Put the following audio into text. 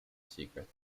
secret